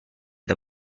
the